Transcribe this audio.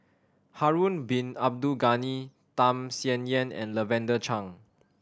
Harun Bin Abdul Ghani Tham Sien Yen and Lavender Chang